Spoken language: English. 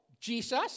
Jesus